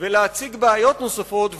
ולהציג בעיות נוספות,